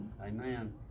Amen